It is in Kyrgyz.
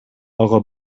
ага